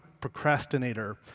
procrastinator